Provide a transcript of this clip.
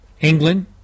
England